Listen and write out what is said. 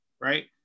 right